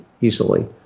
easily